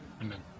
amen